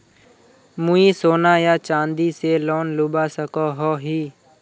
मुई सोना या चाँदी से लोन लुबा सकोहो ही?